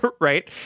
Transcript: right